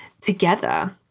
together